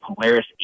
Polaris